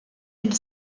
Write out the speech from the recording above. mille